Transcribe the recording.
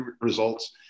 results